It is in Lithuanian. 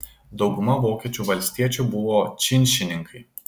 dauguma vokiečių valstiečių buvo činšininkai